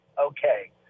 okay